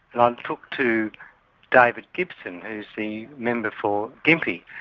like talked to david gibson who's the member for gympie.